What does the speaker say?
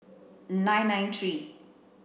nine nine three